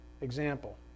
example